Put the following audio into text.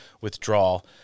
withdrawal